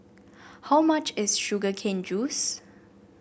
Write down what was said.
how much is Sugar Cane Juice